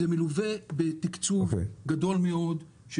זה מלווה בתקצוב גדול מאוד.